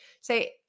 say